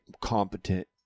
competent